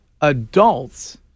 adults